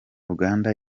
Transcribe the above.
uganda